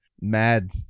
mad